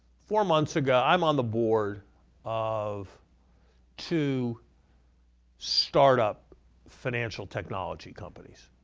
four months ago, i'm on the board of two startup financial technology companies.